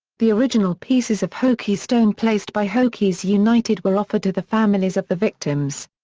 the original pieces of hokie stone placed by hokies united were offered to the families of the victims.